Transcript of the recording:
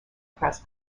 press